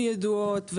ידועות,